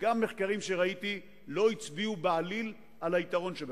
וגם מחקרים שראיתי לא הצביעו בעליל על היתרון שבכך.